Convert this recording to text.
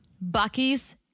Bucky's